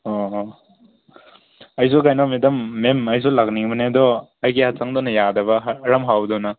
ꯑꯣ ꯑꯣ ꯑꯩꯁꯨ ꯀꯩꯅꯣ ꯃꯦꯗꯥꯝ ꯃꯦꯝ ꯑꯩꯁꯨ ꯂꯥꯛꯅꯤꯡꯕꯅꯦ ꯑꯗꯣ ꯑꯩꯒꯤ ꯍꯛꯆꯥꯡꯗꯨꯅ ꯌꯥꯗꯕ ꯑꯔꯨꯝ ꯍꯧꯗꯨꯅ